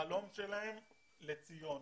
החלום שלהם לציון.